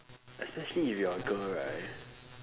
especially if you are a girl right